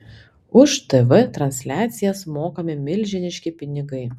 už tv transliacijas mokami milžiniški pinigai